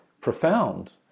profound